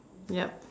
yup